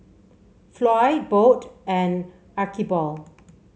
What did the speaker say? Floy Bode and Archibald